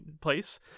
place